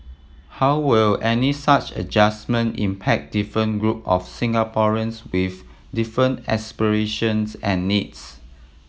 how will any such adjustment impact different group of Singaporeans with different aspirations and needs